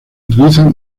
utiliza